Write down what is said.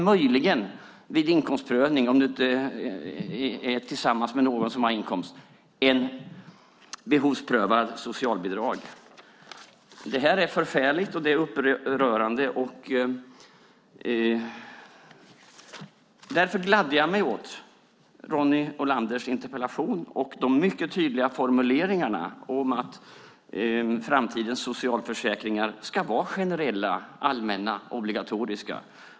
Möjligen kan du, om du inte är tillsammans med någon som har en inkomst, få behovsprövat socialbidrag. Det här är förfärligt och det är upprörande. Därför gladde jag mig åt Ronny Olanders interpellation och de mycket tydliga formuleringarna om att framtidens socialförsäkringar ska vara generella, allmänna och obligatoriska.